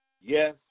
yes